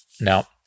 Now